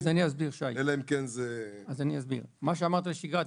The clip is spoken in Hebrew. מה שאמרת על שגרה,